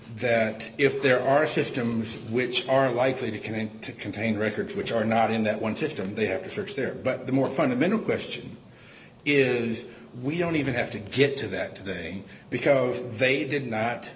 that if there are systems which are likely to contain to contain records which are not in that one system they have to search there but the more fundamental question is we don't even have to get to that today because of they did not